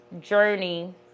journey